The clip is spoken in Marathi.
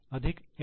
अधिक एन